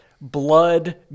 blood